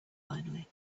finally